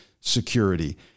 security